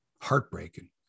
heartbreaking